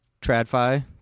TradFi